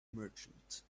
merchant